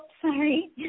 sorry